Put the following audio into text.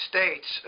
States